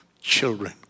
children